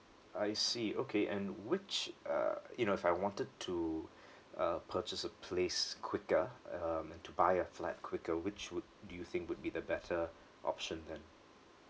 I see okay and which uh you know if I wanted to uh purchase a place quicker a~ um and to buy a flat quicker which would do you think would be the better option then